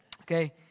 Okay